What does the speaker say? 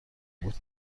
بود